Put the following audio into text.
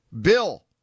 Bill